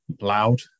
loud